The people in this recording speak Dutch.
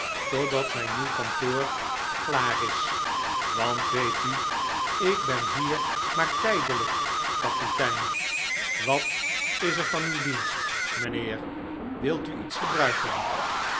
totdat mijn nieuw kantoor klaar is want weet u ik ben hier maar tijdelijk kapitein wat is er van uw dienst mijnheer wilt u iets gebruiken